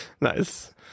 Nice